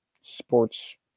sports